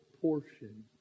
portion